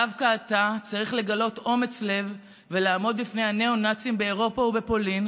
דווקא אתה צריך לגלות אומץ לב ולעמוד בפני הניאו-נאצים באירופה ובפולין,